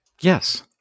Yes